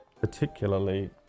particularly